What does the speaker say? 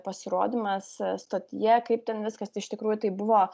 pasirodymas stotyje kaip ten viskas iš tikrųjų tai buvo